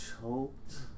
Choked